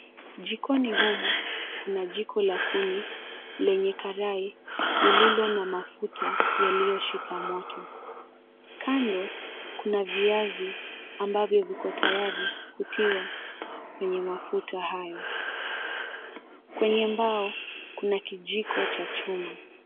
Jikoni humu kuna jiko la kuni lenye karai lililo na mafuta yaliyoshika moto. Kando kuna viazi ambavyo viko tayari kutiwa kwenye mafuta hayo. Kwenye mbao kuna kijijo cha chuma.